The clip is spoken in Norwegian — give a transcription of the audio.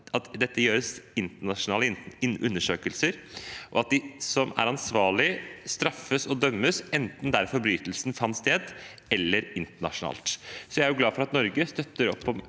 at det gjøres internasjonale undersøkelser, og at de som er ansvarlige, straffes og dømmes, enten der forbrytelsen fant sted, eller internasjonalt. Jeg er glad for at Norge støtter opp